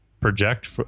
project